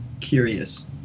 curious